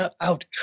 out